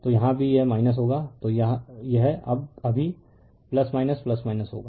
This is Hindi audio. तो यहाँ भी यह होगा तो यह अभी होगा